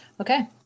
Okay